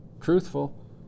truthful